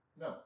No